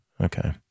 Okay